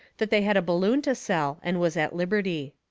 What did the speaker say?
that they had a balloon to sell and was at liberty.